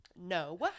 No